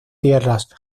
tierras